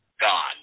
God